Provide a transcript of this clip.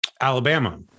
Alabama